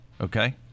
Okay